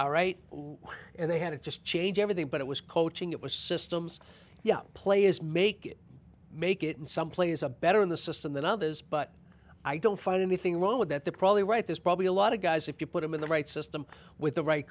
all right and they had to just change everything but it was coaching it was systems young players make it make it and some plays a better in the system than others but i don't find anything wrong with that they're probably right there's probably a lot of guys if you put them in the right system with the ri